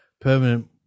permanent